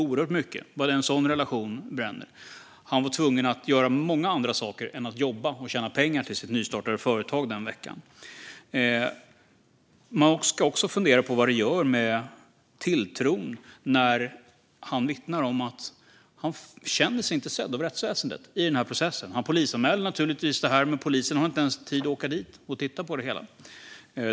För det andra var han tvungen att göra många andra saker än att jobba och tjäna pengar till sitt nystartade företag den veckan. Man ska också fundera på vad det gör med tilltron när man, som han vittnar om, inte känner sig sedd av rättsväsendet i processen. Han polisanmälde naturligtvis händelsen, men polisen hade inte ens tid att åka dit och titta på det hela.